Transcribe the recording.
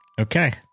Okay